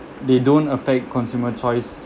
they don't affect consumer choice